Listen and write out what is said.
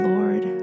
Lord